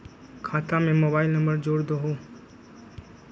खाता में mobile number जोड़ दहु?